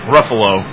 Ruffalo